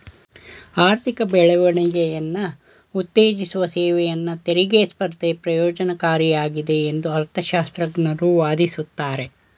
ಆರ್ಥಿಕ ಬೆಳವಣಿಗೆಯನ್ನ ಉತ್ತೇಜಿಸುವ ಸೇವೆಯನ್ನ ತೆರಿಗೆ ಸ್ಪರ್ಧೆ ಪ್ರಯೋಜ್ನಕಾರಿಯಾಗಿದೆ ಎಂದು ಅರ್ಥಶಾಸ್ತ್ರಜ್ಞರು ವಾದಿಸುತ್ತಾರೆ